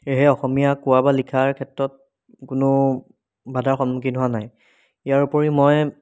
সেয়েহে অসমীয়া কোৱা বা লিখাৰ ক্ষেত্ৰত কোনো বাধাৰ সন্মুখীন হোৱা নাই ইয়াৰ উপৰি মই